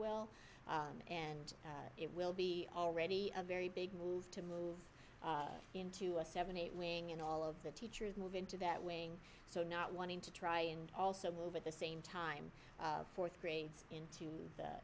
will and it will be already a very big move to move into a seven eight wing and all of the teachers move into that wing so not wanting to try and also move at the same time fourth grades into